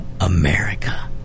America